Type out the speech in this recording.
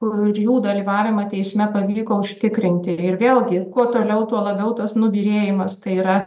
kurių dalyvavimą teisme pavyko užtikrinti ir vėlgi kuo toliau tuo labiau tas nubyrėjimas tai yra